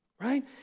Right